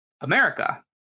America